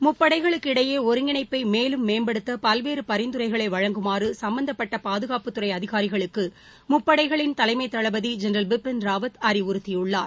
முப்படைகளுக்கு இடையே ஒருங்கிணைப்பை மேலும் மேம்படுத்த பல்வேறு பரிந்துரைகளை வழங்குமாறு சம்பந்தப்பட்ட பாதுகாப்புத்துறை அதிகாரிகளுக்கு முப்படைகளின் தலைமைத் தளபதி ஜென்ரல் பிபின் ராவத் அறிவுறுத்தியுள்ளார்